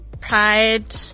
Pride